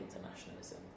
internationalism